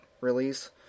release